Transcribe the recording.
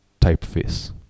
typeface